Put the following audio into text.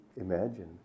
imagine